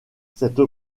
cette